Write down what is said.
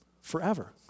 forever